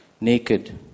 Naked